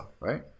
right